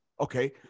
okay